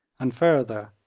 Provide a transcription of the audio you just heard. and further,